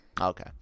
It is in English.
okay